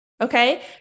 Okay